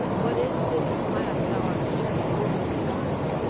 what is this plan thou art turning over in mind.